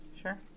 Sure